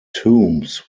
tombs